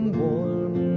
warm